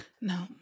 No